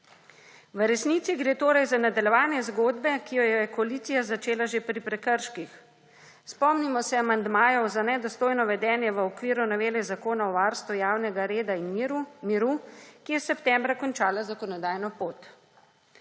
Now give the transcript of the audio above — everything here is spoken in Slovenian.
V resnici gre torej za nadaljevanje zgodbe, ki jo je koalicija začela že pri prekrških. Spomnimo se amandmajev za nedostojno vedenje v okviru novele Zakona o varstvu javnega reda in miru, ki je septembra končala zakonodajno pot.